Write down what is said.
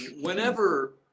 whenever